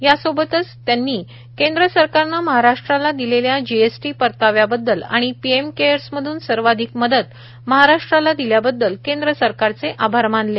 यासोबतच त्यांनी केंद्र सरकारनं महाराष्ट्राला दिलेल्या जीएसटी परताव्या बद्दल आणि पीएम केअर्स मधून सर्वाधिक मदत महाराष्ट्राला दिल्याबद्दल केंद्र सरकारचे आभार मानले